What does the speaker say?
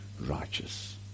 righteous